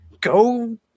go